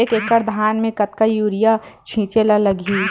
एक एकड़ धान में कतका यूरिया छिंचे ला लगही?